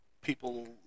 people